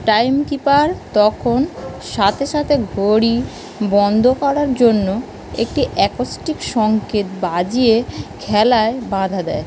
time keeper তখন সাথে সাথে ঘড়ি বন্ধ করার জন্য একটি অ্যাকোস্টিক সংকেত বাজিয়ে খেলায় বাধা দেয়